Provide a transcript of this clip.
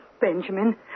Benjamin